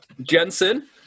Jensen